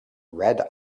red